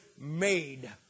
made